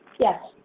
yes,